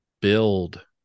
build